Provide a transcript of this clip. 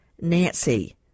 Nancy